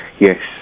Yes